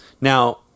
Now